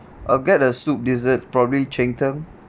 I'll get a soup dessert probably cheng tng